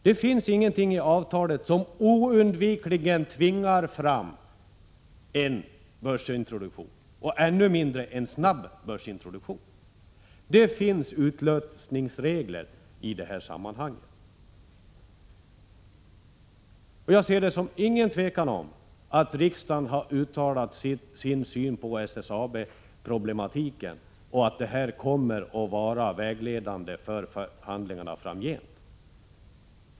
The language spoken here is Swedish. Det finns ingenting i avtalet som oundvikligen tvingar fram en börsintroduktion och ännu mindre en snabb sådan. Det finns utlösningsregler i det här sammanhanget. För mig är det inget tvivel om att riksdagen har uttalat sin syn på SSAB-problematiken och att den kommer att vara vägledande för förhandlingarna framgent.